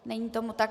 Není tomu tak.